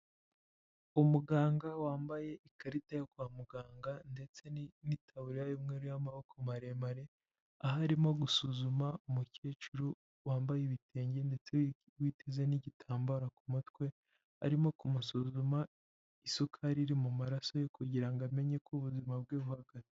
Umuganga wambaye ikarita yo kwa muganga ndetse n'itaburiya y'umweru y'amaboko maremare aho arimo gusuzuma umukecuru wambaye ibitenge ndetse witeze n'igitambaro ku mutwe, arimo kumusuzuma isukari iri mu maraso ye kugira ngo amenye uko ubuzima bwe buhagaze.